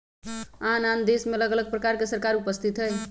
आन आन देशमें अलग अलग प्रकार के सरकार उपस्थित हइ